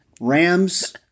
Rams